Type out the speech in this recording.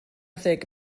ddeg